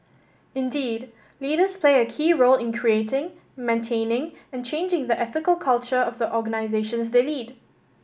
indeed leaders play a key role in creating maintaining and changing the ethical culture of the organisations they lead